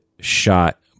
shot